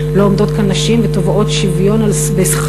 לא עומדות כאן נשים ותובעות שוויון בשכרן.